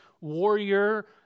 warrior